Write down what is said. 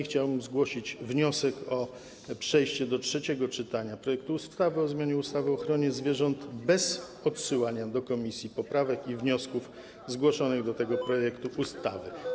Chciałbym zgłosić wniosek o przejście do trzeciego czytania projektu ustawy o zmianie ustawy o ochronie zwierząt bez odsyłania do komisji poprawek i wniosków zgłoszonych do tego projektu ustawy.